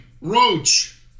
Roach